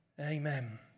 Amen